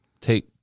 take